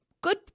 good